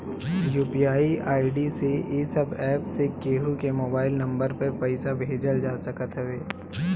UPI ID से इ सब एप्प से केहू के मोबाइल नम्बर पअ पईसा भेजल जा सकत हवे